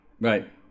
Right